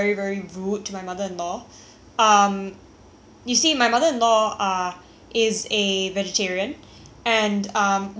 you see my mother in law ah is a vegetarian and um when she requested a vegetarian meal